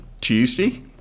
Tuesday